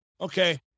Okay